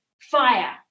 fire